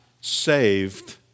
saved